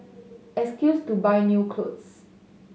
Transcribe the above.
excuse to buy new clothes